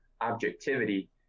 objectivity